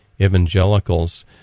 evangelicals